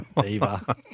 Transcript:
Diva